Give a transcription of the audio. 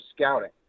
scouting